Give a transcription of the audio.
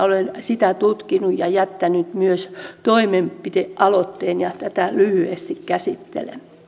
olen sitä tutkinut ja jättänyt myös toimenpidealoitteen ja tätä lyhyesti käsittelen